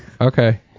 Okay